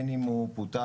הן אם הוא פוטר,